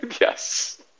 yes